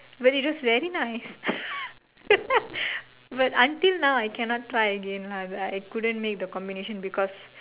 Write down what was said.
but it was very nice but until now I cannot try again lah I I couldn't make the combination because